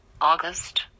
August